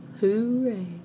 Hooray